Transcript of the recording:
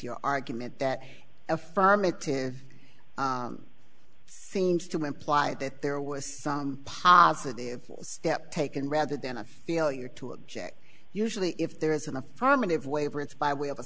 your argument that affirmative seems to imply that there was some positive step taken rather than a failure to object usually if there is an affirmative waiver it's by way of a